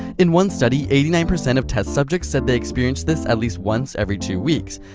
in one study, eighty nine percent of test subjects said they experienced this at least once every two weeks.